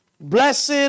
Blessed